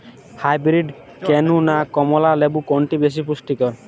Hybrid কেনু না কমলা লেবু কোনটি বেশি পুষ্টিকর?